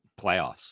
playoffs